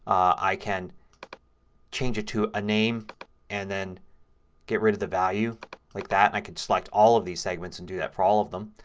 i can change it to a name and then get rid of the value like that. i can select all of these segments and do that for all of them.